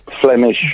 Flemish